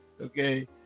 okay